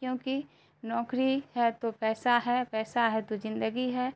کیوں کہ نوکری ہے تو پیسہ ہے پیسہ ہے تو زندگی ہے